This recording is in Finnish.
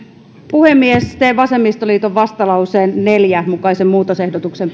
puhemies teen vasemmistoliiton vastalauseen neljän mukaisen muutosehdotuksen